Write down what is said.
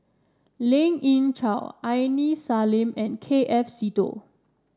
Lien Ying Chow Aini Salim and K F Seetoh